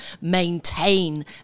maintain